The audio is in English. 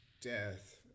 death